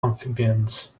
amphibians